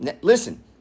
listen